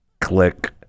Click